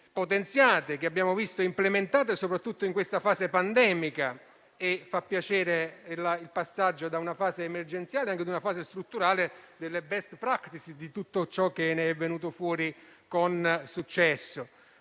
potenziate, che abbiamo visto implementate soprattutto in questa fase pandemica. Fa piacere il passaggio da una fase emergenziale a una fase strutturale delle *best practice* e di tutto ciò che è venuto fuori con successo;